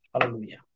Hallelujah